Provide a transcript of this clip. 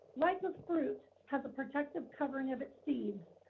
like the fruit has a protective covering of its seeds.